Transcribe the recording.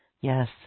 Yes